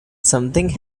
something